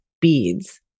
beads